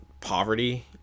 poverty